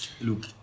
look